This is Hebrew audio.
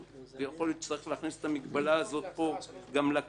ויכול להיות שצריך להכניס אותה פה גם לכללים,